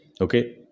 Okay